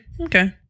okay